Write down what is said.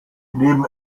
neben